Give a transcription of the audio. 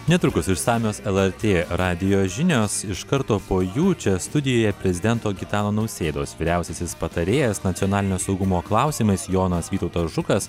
netrukus išsamios lrt radijo žinios iš karto po jų čia studijoje prezidento gitano nausėdos vyriausiasis patarėjas nacionalinio saugumo klausimais jonas vytautas žukas